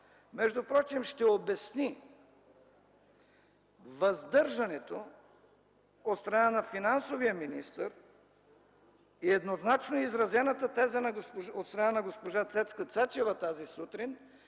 впрочем ще обясни въздържането от страна на финансовия министър и еднозначно изразената тема от страна на госпожа Цецка Цачева тази сутрин,